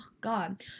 God